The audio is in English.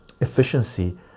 efficiency